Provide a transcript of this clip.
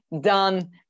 done